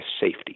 safety